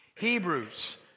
Hebrews